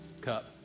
cup